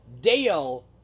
Dale